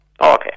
Okay